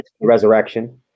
resurrection